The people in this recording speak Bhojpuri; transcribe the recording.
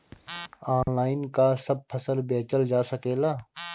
आनलाइन का सब फसल बेचल जा सकेला?